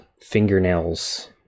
fingernails